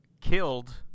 killed